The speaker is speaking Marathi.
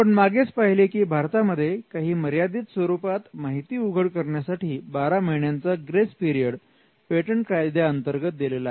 आपण मागेच पाहिले की भारतामध्ये काही मर्यादित स्वरूपात माहिती उघड करण्यासाठी बारा महिन्यांचा ग्रेस पिरीयड पेटंट कायद्या अंतर्गत दिलेला आहे